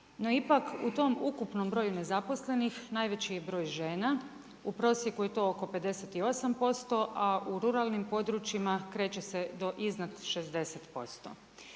No ipak, u tom ukupnom broju nezaposlenih, najveći je broj žena, u prosjeku je to oko 58%, a u ruralnim područjima kreće do iznad 60%.